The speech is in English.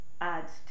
adds